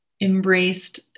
embraced